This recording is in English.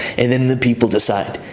and then the people decide.